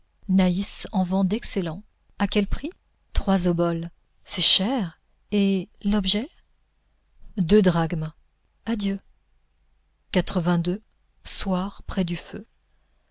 naïs en vend d'excellent à quel prix trois oboles c'est cher et l'objet deux drachmes adieu soir près du feu